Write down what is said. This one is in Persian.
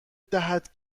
دهد